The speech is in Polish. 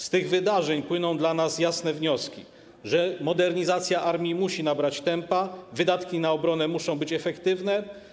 Z tych wydarzeń płyną dla nas jasne wnioski, że modernizacja armii musi nabrać tempa, wydatki na obronę muszą być efektywne.